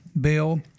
Bill